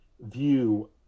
view